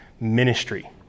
ministry